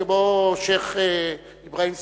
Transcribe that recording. כמו שיח' אברהים צרצור,